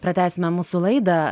pratęsime mūsų laidą